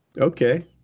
Okay